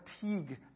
fatigue